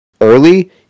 early